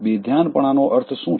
બેધ્યાનપણા નો અર્થ શું છે